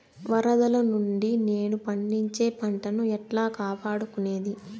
వరదలు నుండి నేను పండించే పంట ను ఎట్లా కాపాడుకునేది?